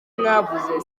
mwavuze